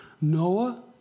Noah